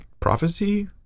Prophecy